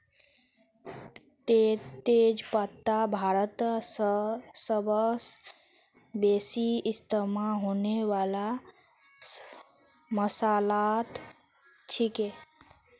तेज पत्ता भारतत सबस बेसी इस्तमा होने वाला मसालात छिके